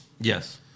Yes